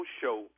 show